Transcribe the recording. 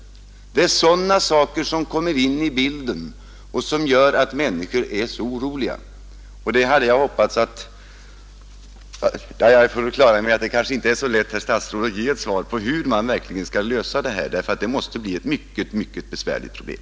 Det är sådana saker som gör att människorna blir oroliga. Jag är på det klara med att det inte är så lätt för statsrådet att ge ett svar på hur man skall lösa problemet, som ju måste vara besvärligt, men jag hade hoppats att få ett besked.